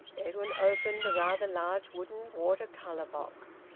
edwin opened a rather large wooden water-colour box.